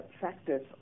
factors